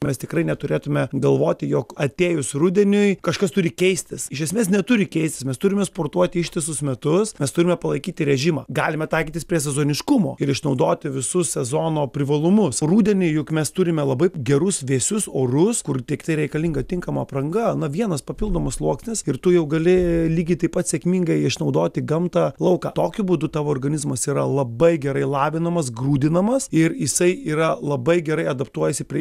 mes tikrai neturėtume galvoti jog atėjus rudeniui kažkas turi keistis iš esmės neturi keistis mes turime sportuoti ištisus metus mes turime palaikyti režimą galima taikytis prie sezoniškumo ir išnaudoti visus sezono privalumus rudenį juk mes turime labai gerus vėsius orus kur tiktai reikalinga tinkama apranga na vienas papildomas sluoksnis ir tu jau gali lygiai taip pat sėkmingai išnaudoti gamtą lauką tokiu būdu tavo organizmas yra labai gerai lavinamas grūdinamas ir jisai yra labai gerai adaptuojasi prie